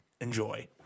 enjoy